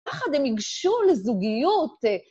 ביחד הם יגשו לזוגיות.